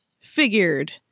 figured